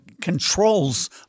controls